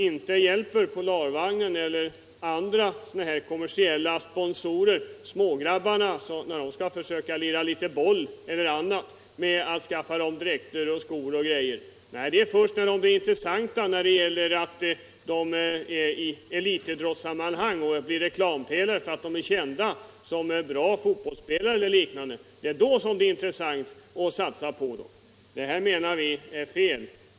Inte hjälper Polarvagnen eller andra kommersiella sponsorer smågrabbarna som vill försöka lira boll med att skaffa dräkter, skor eller annan utrustning! De blir intressanta att satsa på först i elitidrottssammanhang, när de blir reklampelare för att de är kända. Vi menar att detta är fel.